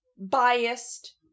biased